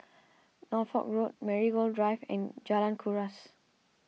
Norfolk Road Marigold Drive and Jalan Kuras